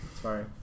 Sorry